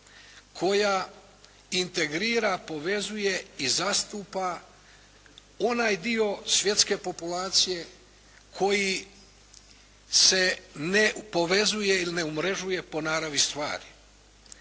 koja integrira, povezuje i zastupa onaj dio svjetske populacije koji se ne povezuje ili ne umrežuje po naravi stvari.